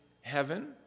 heaven